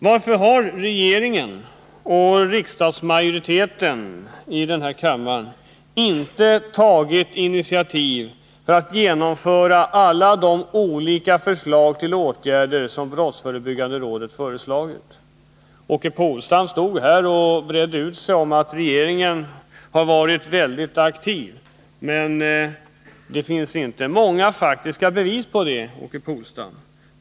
Varför har regeringen och majoriteten i den här kammaren inte tagit initiativ för att genomföra alla de olika förslag till åtgärder som Brottsförebyggande rådet har lagt fram? Åke Polstam bredde j ju ut sig om att regeringen har varit väldigt aktiv, men det finns inte många faktiska bevis för det.